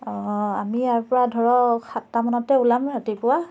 অঁ আমি ইয়াৰ পৰা ধৰক সাতটা মানতে ওলাম ৰাতিপুৱা